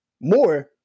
more